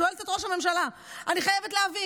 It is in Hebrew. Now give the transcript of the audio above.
שואלת את ראש הממשלה: אני חייבת להבין,